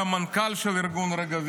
הוא גם היה המנכ"ל של ארגון רגבים.